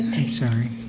sorry.